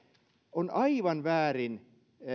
on aivan väärin